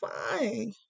fine